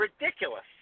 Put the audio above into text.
ridiculous